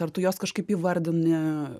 ar tu jos kažkaip įvardini